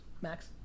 Max